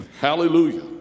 Hallelujah